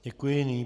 Děkuji.